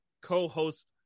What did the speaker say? co-host